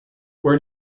where